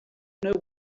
know